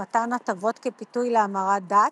מתן הטבות כפיתוי להמרת דת,